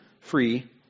free